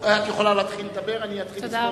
את יכולה להתחיל לדבר ואני אתחיל לספור